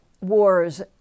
wars